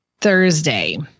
Thursday